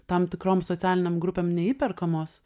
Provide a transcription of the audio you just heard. tam tikroms socialinėms grupėm neįperkamos